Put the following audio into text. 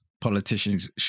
politicians